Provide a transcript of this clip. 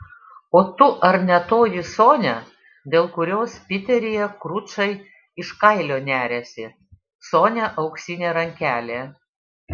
o tu ar ne toji sonia dėl kurios piteryje kručai iš kailio neriasi sonia auksinė rankelė